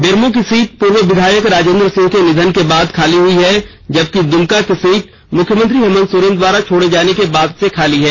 बेरमो की सीट पूर्व विधायक राजेंद्र सिंह के निधन के बाद खाली हुई है जबकि दुमका की सीट मुख्यमंत्री हेमंत सोरेन द्वारा छोड़े जाने के बाद से खाली है